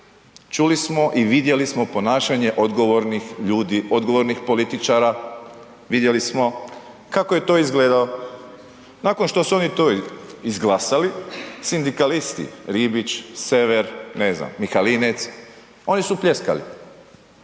čuli smo i vidjeli smo ponašanje odgovornih ljudi, odgovornih političara, vidjeli smo kako je to izgledalo. Nakon što su oni to izglasali, sindikalisti Ribić, Sever, ne znam, Mihalinec, oni su pljeskali,